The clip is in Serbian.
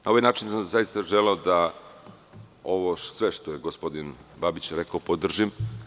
Na ovaj način sam želeo da sve ovo što je gospodin Babić rekao podržim.